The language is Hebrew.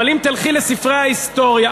אבל אם תלכי לספרי ההיסטוריה,